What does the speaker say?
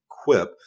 equip